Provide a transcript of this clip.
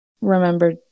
Remember